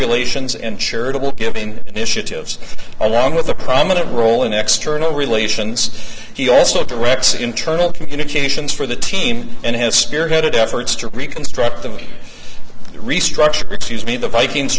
relations and charitable giving initiatives along with a prominent role in extra no relations he also directs internal communications for the team and has spearheaded efforts to reconstruct the restructure excuse me the vikings